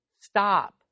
stop